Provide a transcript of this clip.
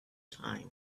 time